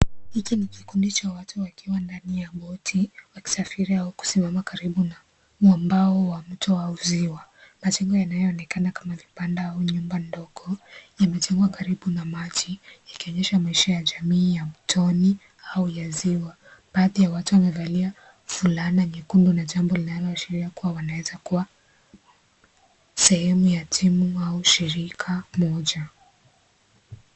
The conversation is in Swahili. Hiki ni kikundi cha watu wakiwa ndani ya boti wakisafiri au kusimama karibu na mwambao wa mto au ziwa . Majengo yanayoonekana kama vibanda au nyumba ndogo yamejengwa karibu na maji yakionyesha maisha ya jamii ya mtoni au ya ziwa . Baadhi ya watu wamevalia fulana nyekundu na jambo linaloashiria kuwa wanaweza kuwa sehemu ya timu au shirika moja.